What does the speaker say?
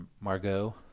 Margot